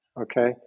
okay